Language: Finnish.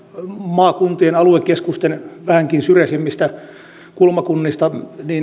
maakuntien aluekeskusten vähänkin syrjäisemmistä kulmakunnista